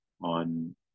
on